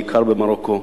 בעיקר במרוקו,